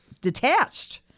detached